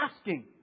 asking